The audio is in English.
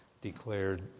declared